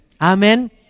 Amen